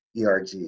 ERG